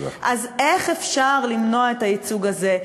אז איך אפשר למנוע את הייצוג הזה,